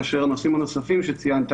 כאשר הנושאים הנוספים שציינת